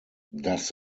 das